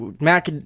Mac